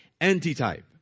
antitype